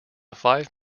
five